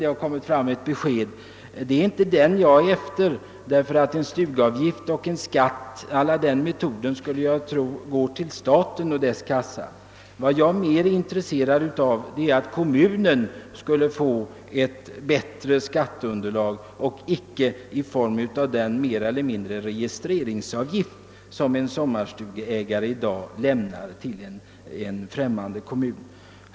Det är dock inte denna jag efterlyst, ty jag skulle tro att en sådan skulle gå till staten och dess kassa. Vad jag är mera intresserad av är att kommunen skall kunna få ett bättre skatteunderlag på annat sätt än genom den mer eller mindre registreringsbetonade avgift som sommarstugeägaren i dag lämnar till en främmande kommun.